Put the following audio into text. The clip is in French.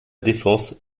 défense